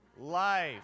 Life